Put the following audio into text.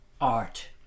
art